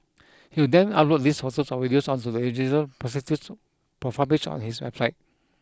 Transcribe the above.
he would then upload these photos or videos onto the individual prostitute's profile page on his website